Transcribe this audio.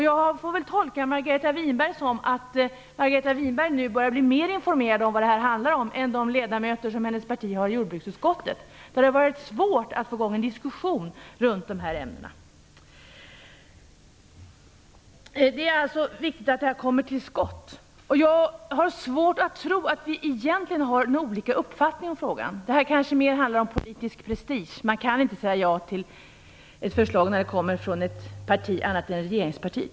Jag får väl tolka Margareta Winberg så att hon nu börjar att bli mer informerad om vad det här handlar om än de ledamöter som representerar hennes parti i jordbruksutskottet, där det har varit svårt att få i gång en diskussion kring dessa ämnen. Det är alltså viktigt att man kommer till skott. Jag har svårt att tro att vi egentligen har olika uppfattning i frågan. Det här handlar kanske mera om politisk prestige. Man kan inte säga ja till ett förslag när det kommer från ett annat parti än ett regeringsparti.